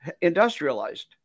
industrialized